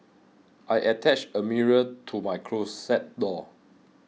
I attached a mirror to my closet door